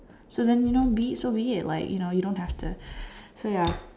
so then you know be so be it like you know you don't have to so ya